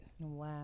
Wow